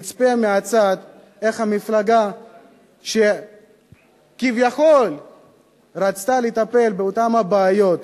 נצפה מהצד איך המפלגה שכביכול רצתה לטפל באותן בעיות,